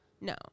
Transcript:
no